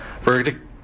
Verdict